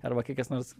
arba kai kas nors